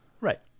Right